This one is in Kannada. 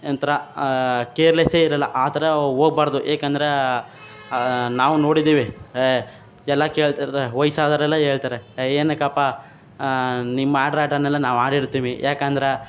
ನಂತರ ಕೇರ್ಲೆಸ್ಸೇ ಇರೋಲ್ಲ ಆ ಥರ ಹೋಗ್ಬಾರ್ದು ಏಕೆಂದ್ರೆ ನಾವು ನೋಡಿದ್ದೀವಿ ಎಲ್ಲ ಕೇಳ್ತಾಯಿರ್ತದೆ ವಯಸ್ಸಾದವರೆಲ್ಲ ಹೇಳ್ತಾರೆ ಏನಕ್ಕಪ್ಪ ನಿಮ್ಮ ಆಡ್ರ್ ಆಟನೆಲ್ಲ ನಾವು ಆಡಿರ್ತೀವಿ ಯಾಕಂದ್ರೆ